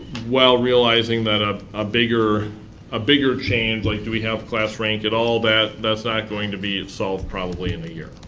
while realizing that ah ah a bigger change like do we have class rank and all that, that's not going to be solved probably in a year.